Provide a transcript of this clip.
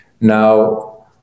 Now